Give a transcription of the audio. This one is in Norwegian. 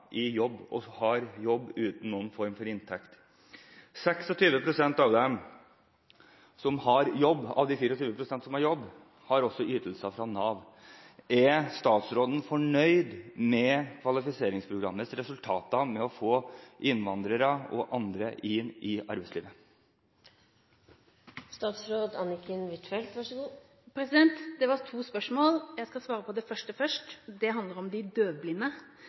i jobb og har jobb og inntekt uten noen form for ytelser. 26 pst. av de 24 pst. som har jobb, har også ytelser fra Nav. Er statsråden fornøyd med kvalifiseringsprogrammets resultater med hensyn til å få innvandrere og andre inn i arbeidslivet? Det var to spørsmål. Jeg skal svare på det første først, som handler om de